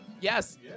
Yes